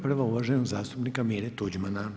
Prva uvaženog zastupnika Mire Tuđmana.